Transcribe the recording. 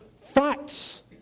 facts